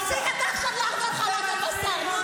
תפסיק אתה עכשיו לערבב חלב ובשר.